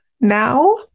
now